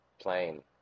Plane